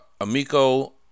Amico